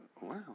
Wow